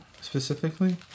specifically